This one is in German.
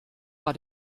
war